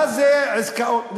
מה זה עסקאות,